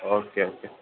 okay okay